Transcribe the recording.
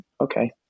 Okay